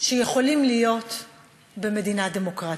שיכולים להיות במדינה דמוקרטית.